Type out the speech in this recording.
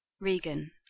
regan